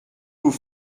vous